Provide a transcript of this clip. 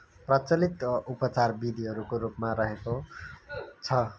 प्रचलित उपचारको विधिहरूको रूपमा रहेको छ